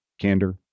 candor